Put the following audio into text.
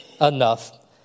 enough